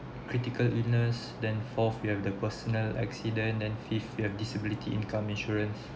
critical illness than fourth you have the personal accident and fifth you have disability income insurance